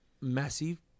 massive